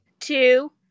Two